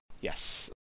Yes